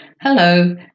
Hello